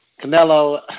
Canelo